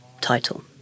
title